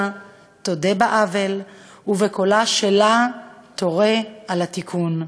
תודה בעוול ובקולה-שלה תורה על התיקון,